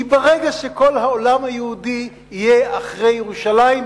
כי ברגע שכל העולם היהודי יהיה מאחורי ירושלים,